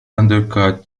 undercut